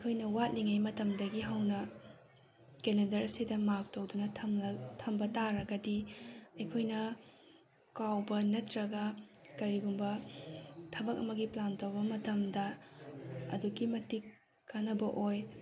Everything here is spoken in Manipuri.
ꯑꯩꯈꯣꯏꯅ ꯋꯥꯠꯂꯤꯉꯩ ꯃꯇꯝꯗꯒꯤ ꯍꯧꯅ ꯀꯦꯂꯦꯟꯗꯔꯁꯤꯗ ꯃꯥꯛ ꯇꯧꯗꯨꯅ ꯊꯝꯕ ꯇꯥꯔꯒꯗꯤ ꯑꯩꯈꯣꯏꯅ ꯀꯥꯎꯕ ꯅꯠꯇ꯭ꯔꯒ ꯀꯔꯤꯒꯨꯝꯕ ꯊꯕꯛ ꯑꯃꯒꯤ ꯄ꯭ꯂꯥꯟ ꯇꯧꯕ ꯃꯇꯝꯗ ꯑꯗꯨꯛꯀꯤ ꯃꯇꯤꯛ ꯀꯥꯟꯅꯕ ꯑꯣꯏ